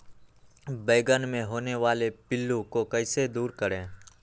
बैंगन मे होने वाले पिल्लू को कैसे दूर करें?